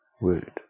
word